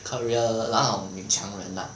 career 那种女强人 lah